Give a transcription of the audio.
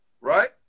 right